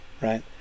Right